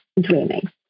dreaming